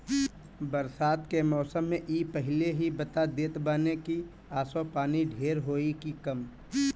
बरसात के मौसम में इ पहिले ही बता देत बाने की असो पानी ढेर होई की कम